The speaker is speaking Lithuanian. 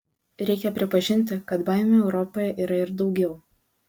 reikia pripažinti kad baimių europoje yra ir daugiau